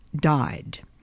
died